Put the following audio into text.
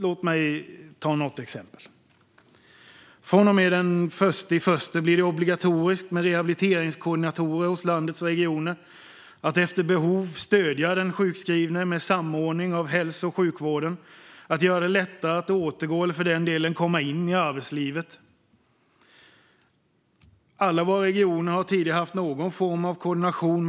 Låt mig därför ta några exempel. Från och med den 1 januari blir det obligatoriskt med rehabiliteringskoordinatorer hos landets regioner. De ska efter behov stödja den sjukskrivne med samordning av hälso och sjukvården och göra det lättare att återgå till, eller för den delen komma in i, arbetslivet. Alla våra regioner har tidigare haft någon form av koordination.